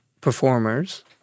performers